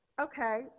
okay